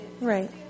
Right